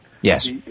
Yes